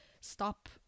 stop